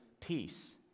peace